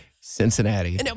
Cincinnati